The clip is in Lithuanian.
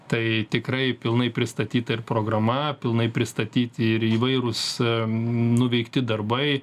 tai tikrai pilnai pristatyta ir programa pilnai pristatyti ir įvairūs nuveikti darbai